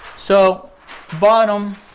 so bottom